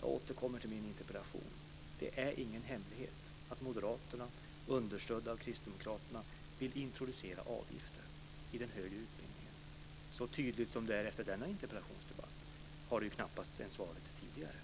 Jag återkommer till mitt interpellationssvar. Det är ingen hemlighet att moderaterna, understödda av kristdemokraterna, vill introducera avgifter i den högre utbildningen. Så tydligt som det är efter denna interpellationsdebatt har det knappast varit tidigare.